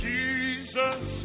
Jesus